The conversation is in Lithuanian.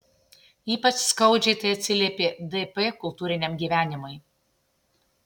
ypač skaudžiai tai atsiliepė dp kultūriniam gyvenimui